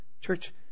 Church